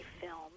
film